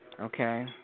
okay